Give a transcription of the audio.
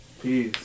Peace